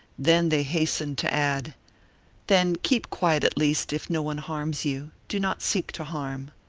then they hastened to add then keep quiet, at least if no one harms you, do not seek to harm.